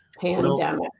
pandemic